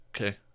Okay